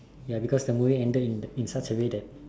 ya because the movie ended in such a way that